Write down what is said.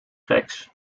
geks